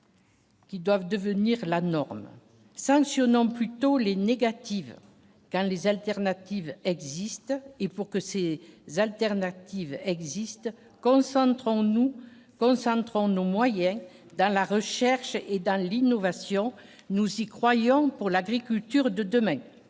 Qui doivent devenir la norme sanctionnant plutôt les négative car les alternatives existent et pour que c'est alternatives existent concentrons nous concentrons nos moyens dans la recherche et dans l'innovation, nous y croyons pour l'agriculture de demain